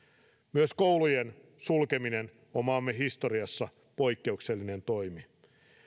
myös koulujen sulkeminen on maamme historiassa poikkeuksellinen toimi